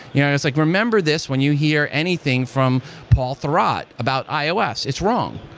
yeah it's like, remember this when you hear anything from paul thurrott about ios. it's wrong.